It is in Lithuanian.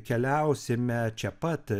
keliausime čia pat